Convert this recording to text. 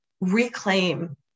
reclaim